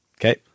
Okay